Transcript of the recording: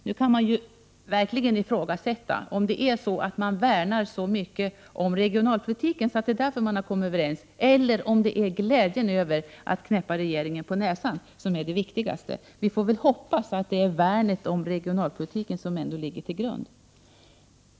Nu kan det verkligen ifrågasättas om man värnar så mycket om regionalpolitiken att det är därför man har kommit överens, eller om det är glädjen över att knäppa regeringen på näsan som är det viktigaste. Vi får väl hoppas att det är värnet om regionalpolitiken som ligger till grund.